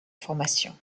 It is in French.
formation